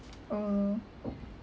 orh